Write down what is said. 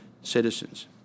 citizens